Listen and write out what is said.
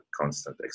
constant